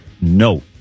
No